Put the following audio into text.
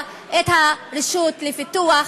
את הרשות לפיתוח,